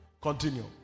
continue